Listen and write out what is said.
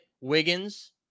Wiggins